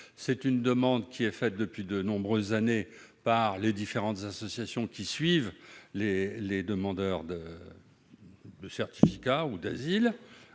C'est une demande qui est faite depuis de nombreuses années par les différentes associations qui suivent les demandeurs de titres de séjour ou d'asile,